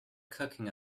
cooking